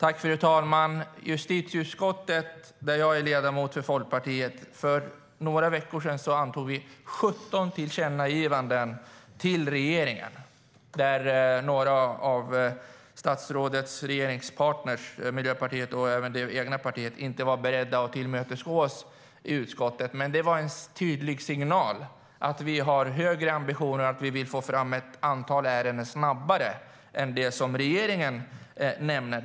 Fru talman! Jag är ledamot för Folkpartiet i justitieutskottet. För några veckor sedan antog vi 17 tillkännagivanden till regeringen. Några av statsrådets regeringspartner i Miljöpartiet och även det egna partiet var inte beredda att gå oss till mötes i utskottet. Det var en tydlig signal från utskottets sida att vi har högre ambitioner och att vi vill få fram ett antal ärenden snabbare än det som regeringen nämner.